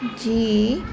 G